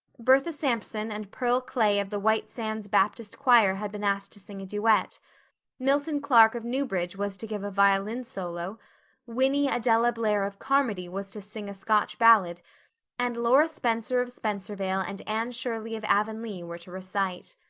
bertha sampson and pearl clay of the white sands baptist choir had been asked to sing a duet milton clark of newbridge was to give a violin solo winnie adella blair of carmody was to sing a scotch ballad and laura spencer of spencervale and anne shirley of avonlea were to recite.